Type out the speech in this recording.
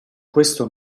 questo